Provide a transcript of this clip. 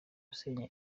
gusenya